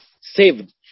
saved